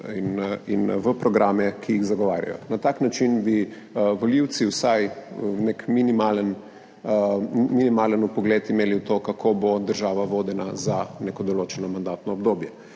in v programe, ki jih zagovarjajo. Na tak način bi volivci vsaj nek minimalen vpogled imeli v to, kako bo država vodena za neko določeno mandatno obdobje.